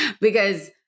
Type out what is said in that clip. Because-